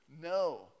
No